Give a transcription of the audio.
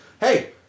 Hey